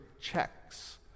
checks